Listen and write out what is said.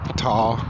tall